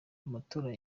amatora